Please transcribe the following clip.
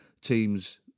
teams